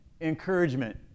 encouragement